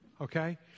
okay